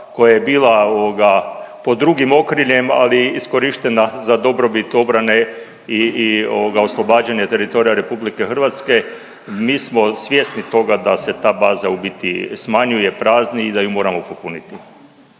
koja je bila pod drugih okriljem ali iskorištena za dobrobit obrane i, i ovoga oslobađanje teritorija RH. Mi smo svjesni toga da se ta baza u biti smanjuje, prazni i da ju moramo popuniti.